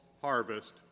harvest